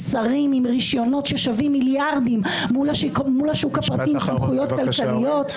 שרים עם רישיונות ששווים מיליארדים מול השוק הפרטי עם סמכויות כלכליות.